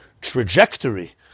trajectory